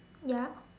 ya